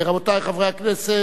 רבותי חברי הכנסת,